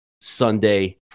Sunday